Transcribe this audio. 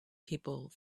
people